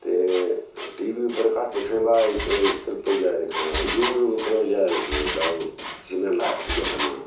ते T V उप्पर घट्ट दिक्खने बा इत्त उप्पर ज्यादा दिक्खने अस यू ट्यूब उप्पर ज्यादा दिक्खने जेह्का ओह् इसी में ओ दूआ करना